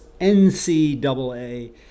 NCAA